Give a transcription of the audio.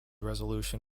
resolution